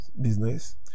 business